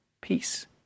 peace